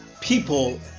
people